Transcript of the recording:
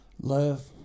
Love